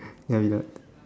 ya it's like